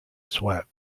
sweat